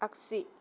आख्सि